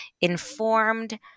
informed